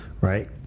right